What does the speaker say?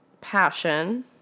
passion